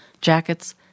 jackets